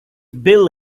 bill